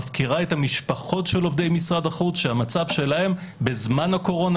מפקירה את משפחות עובדי משרד החוץ שהמצב שלהם בזמן הקורונה,